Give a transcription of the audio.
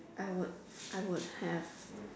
I would I would have